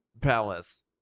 Palace